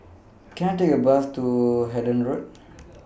Can I Take A Bus to Hendon Road